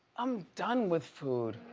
i'm done with food.